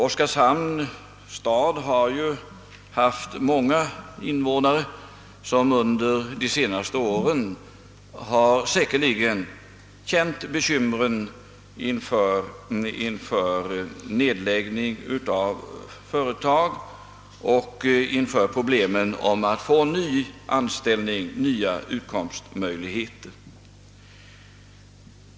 Oskarshamns stad har ju haft många invånare som under de senaste åren säkerligen känt bekymmer inför nedläggning av företag och inför problemet att få nya utkomstmöjligheter.